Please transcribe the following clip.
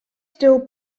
steel